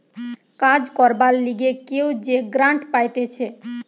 কাজ করবার লিগে কেউ যে গ্রান্ট পাইতেছে